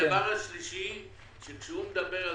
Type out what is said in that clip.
הדבר השלישי הוא שכאשר הוא מדבר על